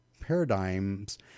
paradigms